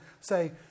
say